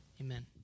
Amen